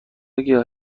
گیاه